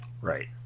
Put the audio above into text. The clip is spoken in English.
Right